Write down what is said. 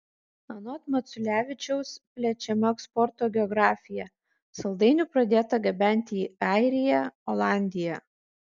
anot maculevičiaus plečiama eksporto geografija saldainių pradėta gabenti į airiją olandiją